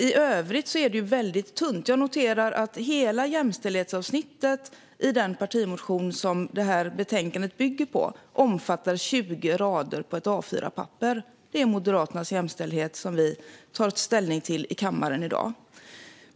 I övrigt är det ju väldigt tunt. Jag noterar att hela jämställdhetsavsnittet i den partimotion som detta betänkande bygger på omfattar 20 rader på ett A4-papper. Det är Moderaternas jämställdhet, som vi tar ställning till i kammaren i dag.